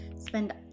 Spend